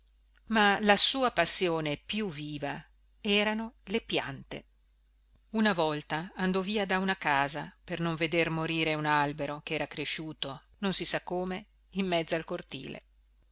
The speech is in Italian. ma la sua passione più viva erano le piante una volta andò via da una casa per non veder morire un albero che era cresciuto non si sa come in mezzo al cortile